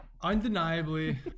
Undeniably